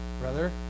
brother